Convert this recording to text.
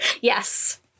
Yes